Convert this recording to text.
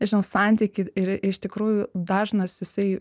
nežinau santykį ir iš tikrųjų dažnas jisai